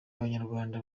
abanyarwanda